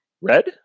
Red